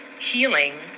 healing